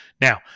Now